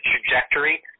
trajectory